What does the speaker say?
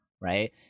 right